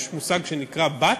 יש מושג שנקרא BAT,